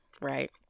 right